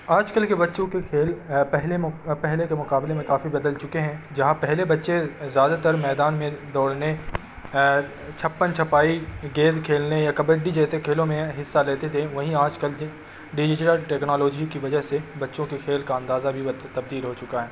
آج کل کے بچوں کے کھیل پہلے پہلے کے مقابلے میں کافی بدل چکے ہیں جہاں پہلے بچے زیادہ تر میدان میں دوڑنے چھپن چھپائی گیند کھیلنے یا کبڈی جیسے کھیلوں میں حصہ لیتے تھے وہیں آج کل ڈیجیٹل ٹیکنالوجی کی وجہ سے بچوں کے کھیل کا اندازہ بھی تبدیل ہو چکا ہے